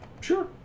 Sure